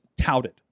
touted